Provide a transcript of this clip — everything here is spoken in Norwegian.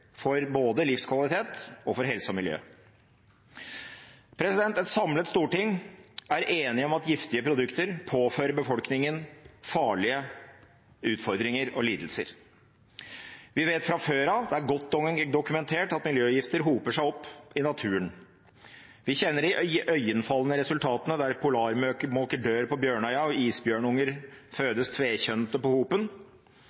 for både livskvalitet, helse og miljø. Et samlet storting er enig om at giftige produkter påfører befolkningen farlige utfordringer og lidelser. Vi vet fra før – det er godt dokumentert – at miljøgifter hoper seg opp i naturen. Vi kjenner de iøynefallende resultatene der polarmåker dør på Bjørnøya og isbjørnunger fødes tvekjønnet på Hopen,